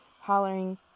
hollering